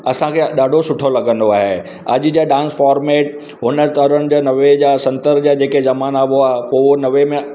असांखे ॾाढो सुठो लॻंदो आहे अॼु जा डांस फॉर्म में हुन तरहनि जा नवें जा सतरि जा जेके ज़माना हुआ उहे नवें में